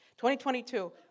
2022